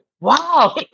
Wow